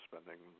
spending